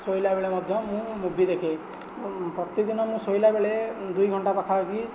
ଶୋଇଲା ବେଳେ ମଧ୍ୟ ମୁଁ ମୁଭି ଦେଖେ ପ୍ରତିଦିନ ମୁଁ ଶୋଇଲାବେଳେ ଦୁଇ ଘଣ୍ଟା ପାଖା ପାଖି